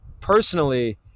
personally